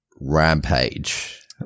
Rampage